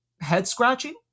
head-scratching